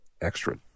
extra